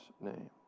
name